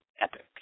epic